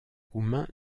roumain